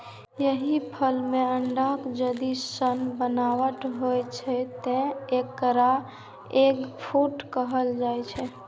एहि फल मे अंडाक जर्दी सन बनावट होइ छै, तें एकरा एग फ्रूट कहल जाइ छै